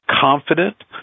confident